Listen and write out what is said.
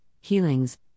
healings